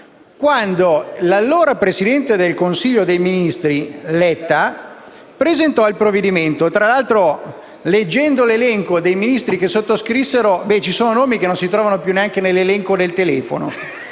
quando l'allora presidente del Consiglio dei ministri Letta presentò il provvedimento. Tra l'altro, leggendo l'elenco dei Ministri che lo sottoscrissero, alcuni nomi non si trovano più neanche nell'elenco del telefono.